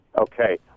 Okay